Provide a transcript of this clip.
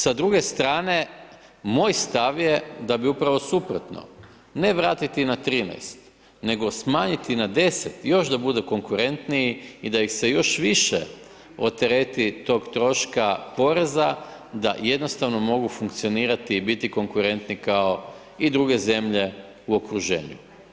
Sa druge strane, moj stav je da bi upravo suprotno, ne vratiti na 13, nego smanjiti na 10, još da bude konkurentniji i da ih se još više otereti tog troška poreza da jednostavno mogu funkcionirati i biti konkurentni kao i druge zemlje u okruženju.